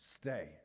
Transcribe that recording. stay